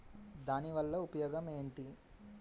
దాని వల్ల ఉపయోగం ఎంటి?